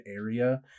area